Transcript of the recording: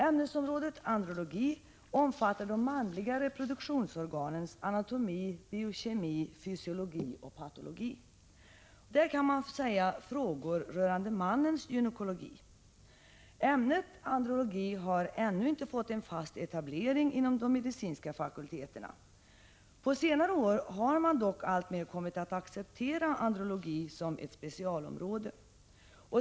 Ämnesområdet andrologi omfattar de manliga reproduktionsorganens anatomi, biokemi, fysiologi och patologi. Det är, kan man säga, frågor rörande mannens ”gynekologi”. Dock har ämnet andrologi ännu inte fått en fast etablering inom de medicinska fakulteterna. På senare år har man emellertid alltmer kommit att acceptera andrologi som ett specialområde.